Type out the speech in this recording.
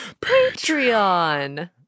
Patreon